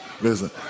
Listen